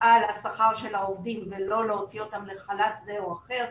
על השכר של העובדים ולא להוציא אותם לחל"ת זה או אחר,